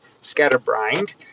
Scatterbrained